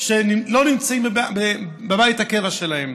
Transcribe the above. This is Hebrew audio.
שלא נמצא בבית הקבע שלו.